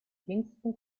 kingston